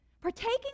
Partaking